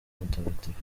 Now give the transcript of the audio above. mutagatifu